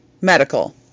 Medical